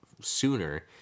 sooner